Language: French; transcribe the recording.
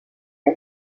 les